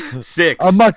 six